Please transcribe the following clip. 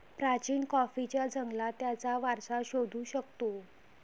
प्राचीन कॉफीच्या जंगलात त्याचा वारसा शोधू शकतो